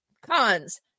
Cons